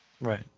Right